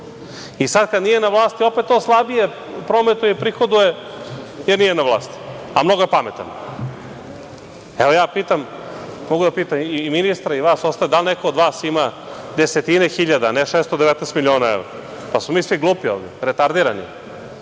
I sad kad nije vlasti opet to slabije prometuje i prihoduje jer nije na vlasti, a mnogo je pametan. Evo, mogu da pitam i ministra i vas ostale – da li neko od vas ima desetine hiljada, a ne 619 miliona evra? Da li smo mi svi glupi ovde? Retardinarni,